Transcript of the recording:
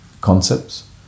concepts